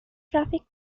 traffic